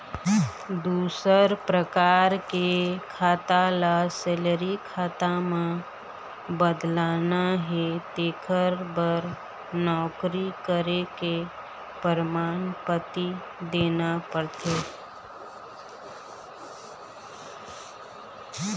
दूसर परकार के खाता ल सेलरी खाता म बदलवाना हे तेखर बर नउकरी करे के परमान पाती देना परथे